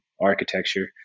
architecture